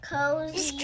Cozy